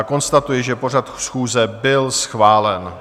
Konstatuji, že pořad schůze byl schválen.